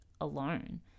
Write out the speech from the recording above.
alone